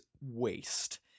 waste